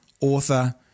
author